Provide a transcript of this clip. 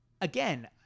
Again